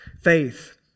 faith